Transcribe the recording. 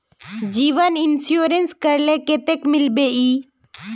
जीवन इंश्योरेंस करले कतेक मिलबे ई?